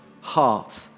heart